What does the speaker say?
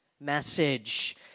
message